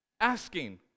asking